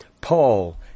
Paul